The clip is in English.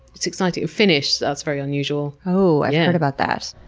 it's exciting. finnish, that's very unusual. oh, i've heard about that.